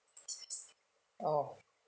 oh